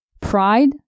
Pride